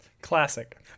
Classic